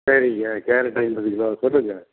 சரிங்க கேரட்டு ஐம்பது கிலோ சொல்லுங்கள்